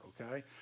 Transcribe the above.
okay